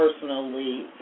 personally